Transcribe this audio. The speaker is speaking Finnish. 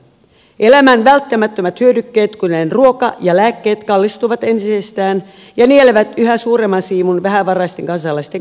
elämän välttämättömät hyödykkeet kuten ruoka ja lääkkeet kallistuvat entisestään ja nielevät yhä suuremman siivun vähävaraisten kansalaisten kukkaroista